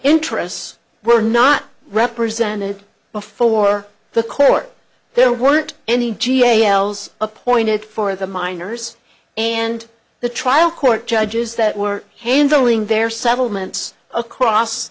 interests were not represented before the court there weren't any ga l's appointed for the miners and the trial court judges that were handling their settlements across